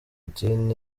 putin